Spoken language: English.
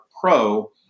Pro